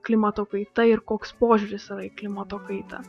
klimato kaita ir koks požiūris yra į klimato kaitą